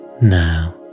now